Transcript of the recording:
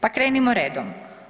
Pa krenimo redom.